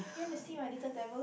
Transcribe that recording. you wanna see my little devil